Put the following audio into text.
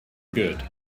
good